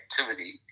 activity